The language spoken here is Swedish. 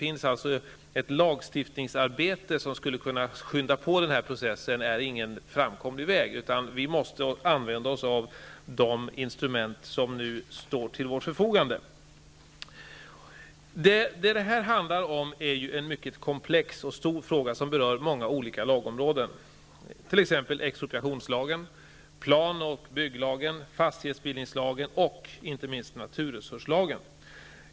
Att starta ett lagstiftningsarbete i syfte att påskynda denna process är ingen framkomlig väg. Vi måste använda oss av de instrument som står till vårt förfogande. Det handlar här om en mycket stor och komplex fråga som berör många olika lagområden, t.ex. expropriationslagen, plan och bygglagen, fastighetsbildningslagen och inte minst naturresurslagen.